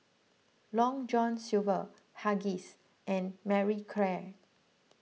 Long John Silver Huggies and Marie Claire